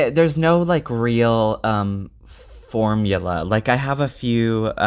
there's no, like, real um formula like, i have a few